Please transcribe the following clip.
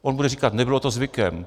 On bude říkat: Nebylo to zvykem.